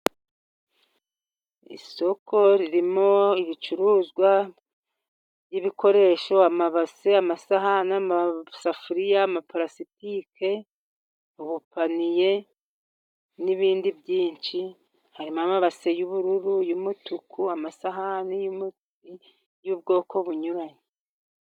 Isoko ririmo ibicuruzwa by'ibikoresho，amabase，amasahani，amasafuriya， amaparasitike， ubupaniye， n'ibindi byinshi. Harimo amabase y'ubururu， y'umutuku， amasahani y'ubwoko bunyuranye.